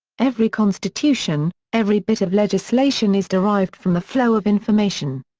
every constitution, every bit of legislation is derived from the flow of information.